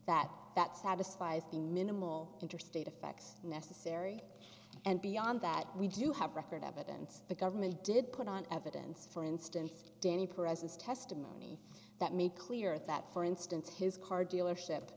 that that satisfies the minimal interstate effects necessary and beyond that we do have record evidence the government did put on evidence for instance danny presents testimony that made clear that for instance his car dealership